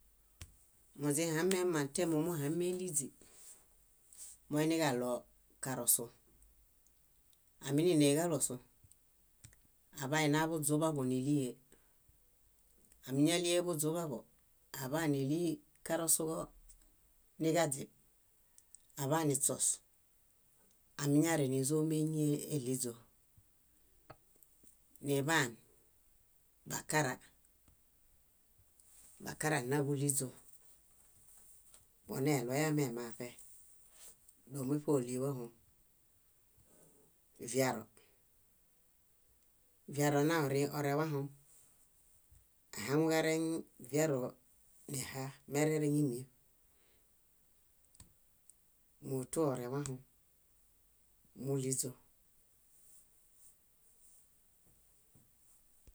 . Moźihamemaŋ témomuhamieɭiźi, moiniġaɭo karosu. Áminineġarosu, aḃainaḃuźuḃaḃo nílie. Ámiñalieḃuźuḃaḃo, áḃanili karosuġoniġaźib, aḃaniśos, amiñareŋ nízoeñimeɭiźo. Niḃaan, bakara. Bakara nna búɭiźo, moneɭoyami emafe, dómuṗe óliwahom. Viaro, viaro naorẽwahom. Ahaŋuġareŋ viaroniha mérereŋimieṗ. Mótu orẽwahom, múɭiźo.